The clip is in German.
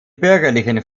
bürgerlichen